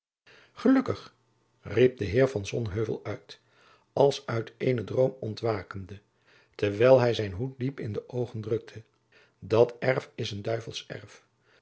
gelukkig riep de heer van sonheuvel uit als uit eenen droom ontwakende terwijl hij zijn hoed diep in de oogen drukte dat erf is een duivels erf